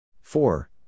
Four